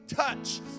touch